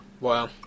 Wow